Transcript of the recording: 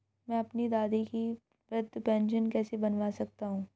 मैं अपनी दादी की वृद्ध पेंशन कैसे बनवा सकता हूँ?